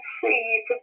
see